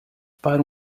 para